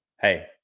Hey